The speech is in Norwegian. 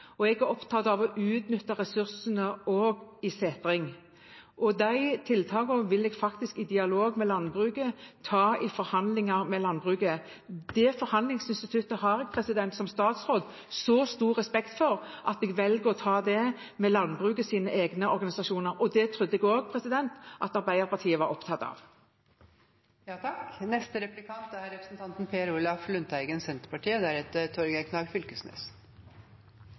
og jeg er opptatt av å utnytte ressursene også i setring. De tiltakene vil jeg ta i forhandlinger med landbruket. Det forhandlingsinstituttet har jeg som statsråd så stor respekt for at jeg velger å ta det med landbrukets egne organisasjoner. Det trodde jeg også at Arbeiderpartiet var opptatt